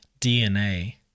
DNA